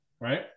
right